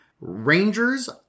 Rangers